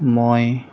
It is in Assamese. মই